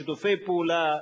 שיתופי פעולה,